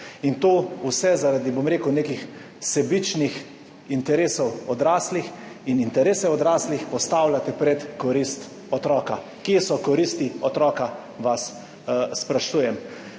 In to, vse zaradi, bom rekel, nekih sebičnih interesov odraslih in interese odraslih postavljate pred korist otroka. Kje so koristi otroka, vas sprašujem.